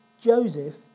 Joseph